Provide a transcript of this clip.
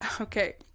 Okay